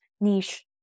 niche